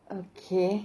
okay